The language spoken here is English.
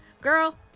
Girl